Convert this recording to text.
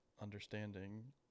understanding